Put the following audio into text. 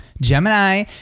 Gemini